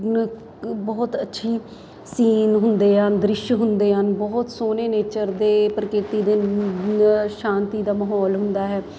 ਬਹੁਤ ਅੱਛੇ ਸੀਨ ਹੁੰਦੇ ਆ ਦ੍ਰਿਸ਼ ਹੁੰਦੇ ਹਨ ਬਹੁਤ ਸੋਹਣੇ ਨੇਚਰ ਦੇ ਪ੍ਰਕਿਰਤੀ ਦੇ ਸ਼ਾਂਤੀ ਦਾ ਮਾਹੌਲ ਹੁੰਦਾ ਹੈ